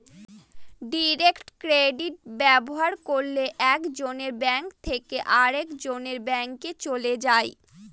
direct credit ব্যবহার করলে এক জনের ব্যাঙ্ক থেকে আরেকজনের ব্যাঙ্কে চলে যায়